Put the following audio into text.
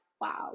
wow